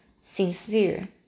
Sincere